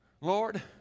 lord